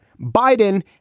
Biden